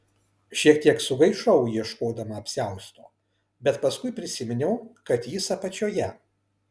šiek tiek sugaišau ieškodama apsiausto bet paskui prisiminiau kad jis apačioje